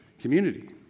community